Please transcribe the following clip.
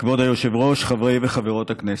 כבוד היושב-ראש, חברי וחברות הכנסת,